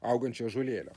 augančio ąžuolėlio